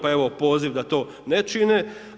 Pa evo poziv da to ne čine.